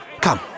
Come